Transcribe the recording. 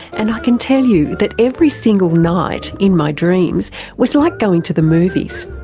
and i can tell you that every single night in my dreams was like going to the movies.